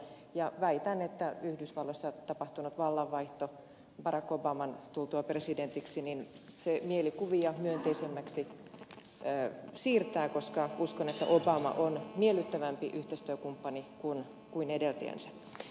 ja väitän että yhdysvalloissa tapahtunut vallanvaihto barack obaman tultua presidentiksi siirtää mielikuvia myönteisemmäksi koska uskon että obama on miellyttävämpi yhteistyökumppani kuin edeltäjänsä